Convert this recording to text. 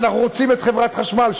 ואנחנו רוצים את חברת חשמל,